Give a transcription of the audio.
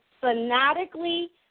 fanatically